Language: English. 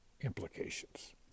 implications